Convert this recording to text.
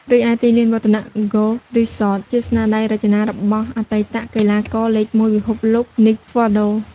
រីឯទីលាន Vattanac Golf Resort ជាស្នាដៃរចនារបស់អតីតកីឡាករលេខមួយពិភពលោក Nick Faldo។